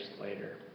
later